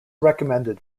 recommended